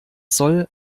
soll